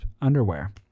underwear